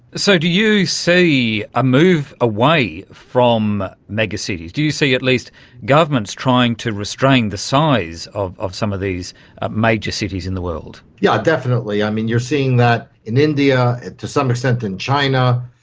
so do you see a move away from megacities? do you see at least governments trying to restrain the size of of some of these major cities in the world? yes, yeah definitely. i mean, you are seeing that in india, to some extent in china.